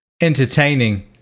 entertaining